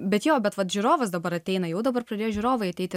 bet jo bet vat žiūrovas dabar ateina jau dabar pradėjo žiūrovai ateiti